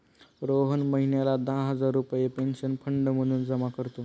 रोहन महिन्याला दहा हजार रुपये पेन्शन फंड म्हणून जमा करतो